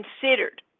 considered